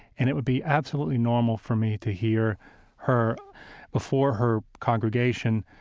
and it would be absolutely normal for me to hear her before her congregation,